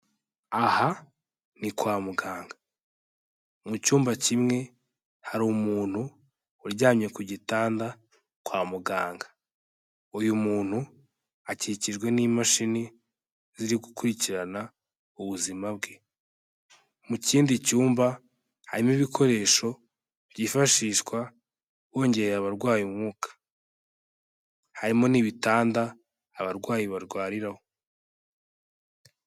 Aha ni kwa muganga, mu cyumba kimwe hari umuntu uryamye ku gitanda kwa muganga, uyu muntu akikijwe n'imashini ziri gukurikirana ubuzima bwe, mu kindi cyumba harimo ibikoresho byifashishwa hongerera abarwaye umwuka, harimo n'ibitanda abarwayi barwariraho.